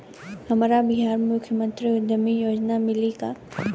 हमरा बिहार मुख्यमंत्री उद्यमी योजना मिली का?